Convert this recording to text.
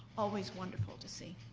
always wonderful to see.